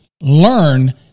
learn